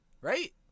right